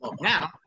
Now